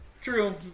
True